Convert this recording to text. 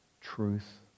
truth